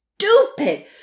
stupid